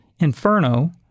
inferno